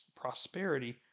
prosperity